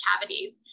cavities